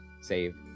save